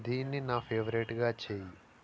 దీన్ని నా ఫేవరేట్గా చేయి